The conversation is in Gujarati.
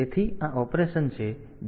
તેથી આ ઓપરેશન છે જો